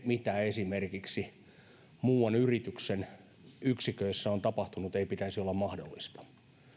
mitä esimerkiksi muuan yrityksen yksiköissä on tapahtunut ei pitäisi olla mahdollista